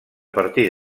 partir